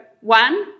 one